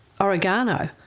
oregano